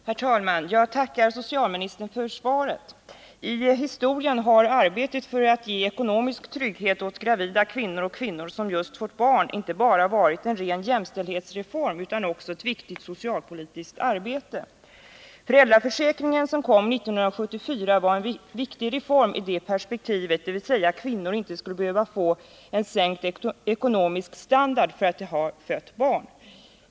Herr talman! Jag tackar socialministern för svaret. I historien har arbetet för att ge ekonomisk trygghet åt gravida kvinnor och kvinnor som just fått barn inte bara varit en ren jämställdhetsreform utan också ett viktigt socialpolitiskt arbete. Föräldraförsäkringen, som kom 1974, var en viktig reform i det perspektivet, dvs. att kvinnor inte skulle behöva få en sänkt ekonomisk standard därför att de har fött barn.